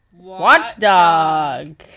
watchdog